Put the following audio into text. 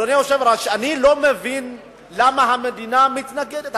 אדוני היושב-ראש, אני לא מבין למה המדינה מתנגדת.